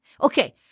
Okay